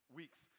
weeks